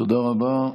תודה רבה.